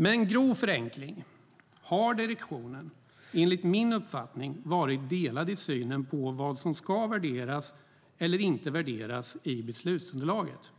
Med en grov förenkling har direktionen, enligt min uppfattning, varit delad i synen på vad som ska värderas eller inte värderas i beslutsunderlaget.